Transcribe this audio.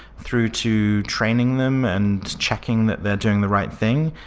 through to training them and checking that they're doing the right thing,